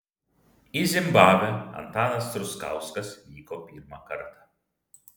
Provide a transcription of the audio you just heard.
į zimbabvę antanas truskauskas vyko pirmą kartą